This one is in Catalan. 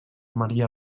maria